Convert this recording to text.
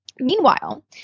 Meanwhile